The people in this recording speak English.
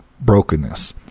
brokenness